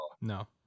No